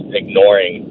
ignoring